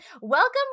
welcome